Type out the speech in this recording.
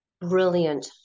brilliant